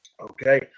Okay